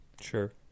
sure